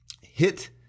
Hit